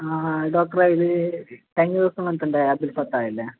ആ ഡോക്ടറെ ഇത് കഴിഞ്ഞ ദിവസം വന്നിട്ടുണ്ടായ അബ്ദുൾ ഫത്താഹ് ഇല്ലേ